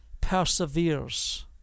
perseveres